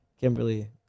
kimberly